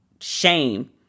shame